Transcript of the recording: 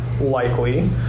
likely